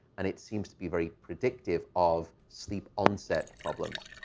and it seems to be very predictive of sleep onset problems.